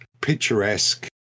picturesque